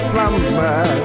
Slumber